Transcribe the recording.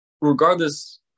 regardless